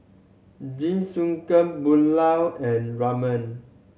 Jingisukan Pulao and Ramen